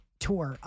tour